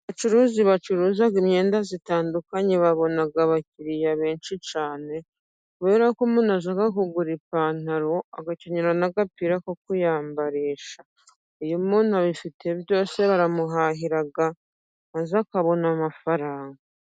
Abacuruzi bacuruza imyenda itandukanye babona abakiriya benshi cyane, kubera ko umuntu ajya kugura ipantaro agakenera n' agapira ko kuyambarisha. Iyo umuntu abifite byose baramuhahira, maze akabona amafaranga.